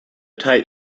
type